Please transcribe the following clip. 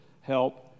help